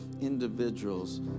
individuals